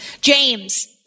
James